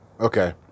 Okay